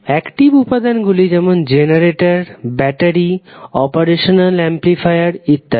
active উপাদান গুলি যেমন জেনারেটর ব্যাটারি অপারেশনাল অ্যামপ্লিফায়ার ইত্যাদি